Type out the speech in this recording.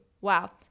wow